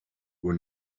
who